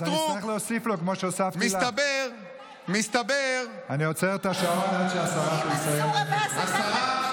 אתה הקמת ממשלה עם מנסור עבאס.